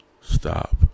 Stop